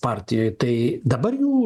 partijoj tai dabar jų